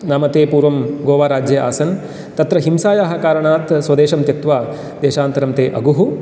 नाम ते पुर्वं गोवाराज्ये आसन् तत्र हिंसायाः कारणात् स्वदेशं त्यक्त्वा देशान्तरं ते अगुः